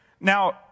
Now